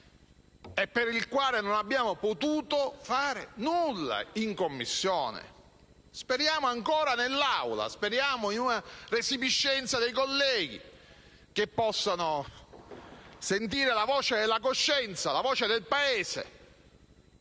per il quale non abbiamo potuto fare nulla in quella sede. Speriamo ancora nell'Aula e in una resipiscenza dei colleghi, che possano sentire la voce della coscienza, la voce del Paese,